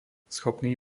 schopný